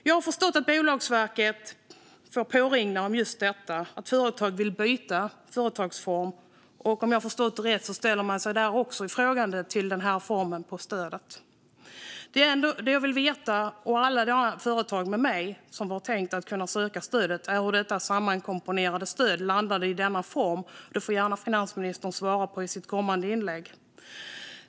Jag har förstått att Bolagsverket får påringningar om just detta: att företag vill byta företagsform. Om jag förstått det rätt ställer man sig där också frågande till stödets utformning. Det som jag, och alla de företag som var tänkta att kunna söka stödet, vill veta är hur detta sammankomponerade stöd landade i denna utformning. Detta får finansministern gärna svara på i sitt kommande inlägg.